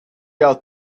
out